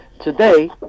today